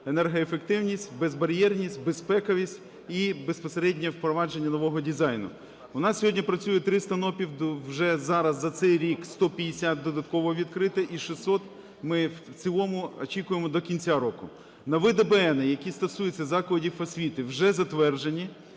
енергоефективність, безбар'єрність, безпековість і безпосереднє впровадження нового дизайну. У нас сьогодні працює 300 НОПів. Вже зараз за цей рік 150 додатково відкриті, і 600 ми в цілому очікуємо до кінця року. Нові ДБН, які стосуються закладів освіти, вже затверджені,